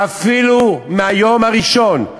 שאפילו מהיום הראשון,